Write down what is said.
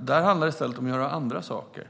Det handlar i stället om att göra andra saker.